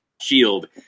shield